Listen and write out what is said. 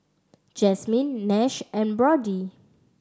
Jasmine Nash and Brody